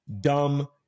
dumb